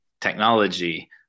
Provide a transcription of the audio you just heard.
technology